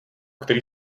který